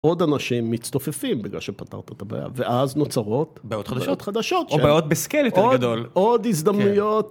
עוד אנשים מצטופפים בגלל שפתרת את הבעיה ואז נוצרות בעיות חדשות חדשות או בעיות ב scale יותר גדול עוד הזדמנויות